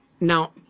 Now